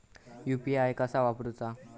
UPI कसा वापरूचा?